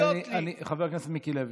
ובכן, חבר הכנסת מיקי לוי,